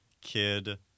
kid